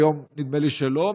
היום נדמה לי שלא,